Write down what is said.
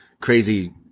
crazy